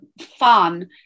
fun